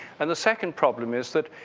and the second problem is that,